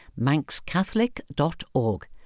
manxcatholic.org